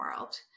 world